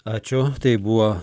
ačiū tai buvo